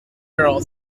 girl